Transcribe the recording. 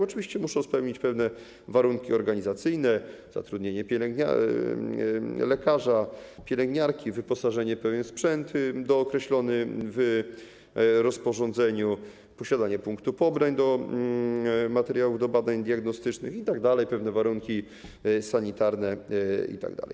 Oczywiście muszą spełnić pewne warunki organizacyjne: zatrudnienie lekarza, pielęgniarki, wyposażenie w pewien sprzęt dookreślony w rozporządzeniu, posiadanie punktu pobrań materiałów do badań diagnostycznych, pewne warunki sanitarne itd.